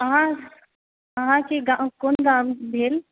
अहाँ अहाँके गाम क़ोन गाम भेल